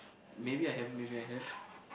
maybe I haven't maybe I have